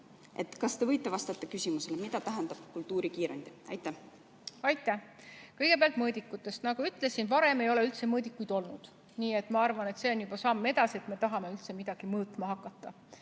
Kas te võite vastata küsimusele, mida tähendab kultuurikiirendi? Aitäh! Kõigepealt mõõdikutest. Nagu ütlesin, varem ei ole üldse mõõdikuid olnud. Nii et ma arvan, et see on juba samm edasi, et me tahame üldse midagi mõõtma hakata.